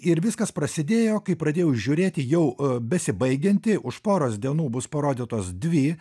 ir viskas prasidėjo kai pradėjau žiūrėti jau besibaigiantį už poros dienų bus parodytos dvi